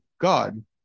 God